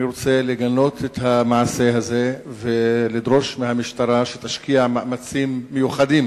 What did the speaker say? אני רוצה לגנות את המעשה הזה ולדרוש מהמשטרה שתשקיע מאמצים מיוחדים